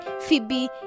Phoebe